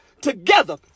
together